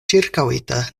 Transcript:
ĉirkaŭita